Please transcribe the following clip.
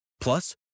plus